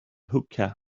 hookah